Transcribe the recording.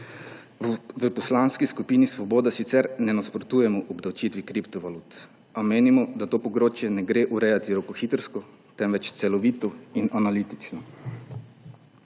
V Poslanski skupini Svoboda sicer ne nasprotujemo obdavčitvi kriptovalut, a menimo, da tega področja ne gre urejati rokohitrsko, temveč celovito in analitično.